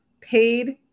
paid